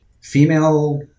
female